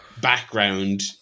background